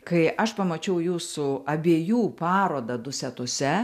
kai aš pamačiau jūsų abiejų parodą dusetose